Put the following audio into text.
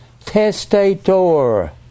testator